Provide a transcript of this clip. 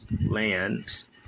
lands